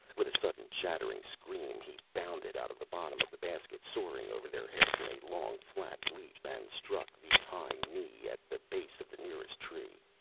with a sudden chattering scream, he bounded out of the bottom of the basket, soaring over their heads in a long, flat leap and struck the high knee at the base of the nearest tree,